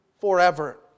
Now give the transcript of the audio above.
forever